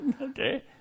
Okay